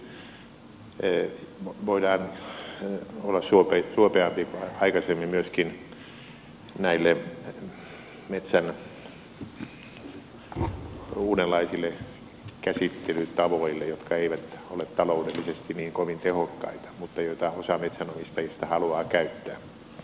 voidaan olla suopeampia kuin aikaisemmin myöskin näille metsän uudenlaisille käsittelytavoille jotka eivät ole taloudellisesti niin kovin tehokkaita mutta joita osa metsänomistajista haluaa käyttää